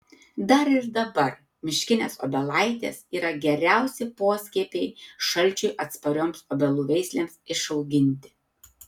dar ir dabar miškinės obelaitės yra geriausi poskiepiai šalčiui atsparioms obelų veislėms išauginti